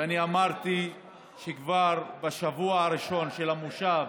ואני אמרתי שכבר בשבוע הראשון של המושב